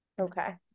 okay